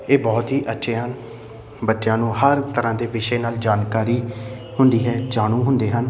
ਇਹ ਬਹੁਤ ਹੀ ਅੱਛੇ ਹਨ ਬੱਚਿਆਂ ਨੂੰ ਹਰ ਤਰ੍ਹਾਂ ਦੇ ਵਿਸ਼ੇ ਨਾਲ ਜਾਣਕਾਰੀ ਹੁੰਦੀ ਹੈ ਜਾਣੂ ਹੁੰਦੇ ਹਨ